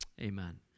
amen